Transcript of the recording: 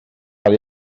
cael